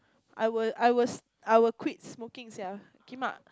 I will I will I will quit smoking sia